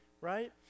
right